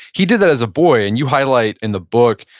he did that as boy, and you highlight in the book,